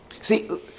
See